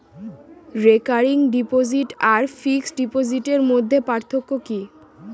Recurring deposit আর fixed ডিপোজিটের মধ্যে পার্থক্য কি?